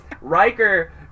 Riker